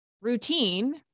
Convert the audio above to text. routine